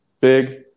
big